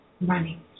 running